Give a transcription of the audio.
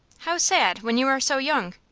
how sad, when you are so young.